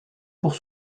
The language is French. pour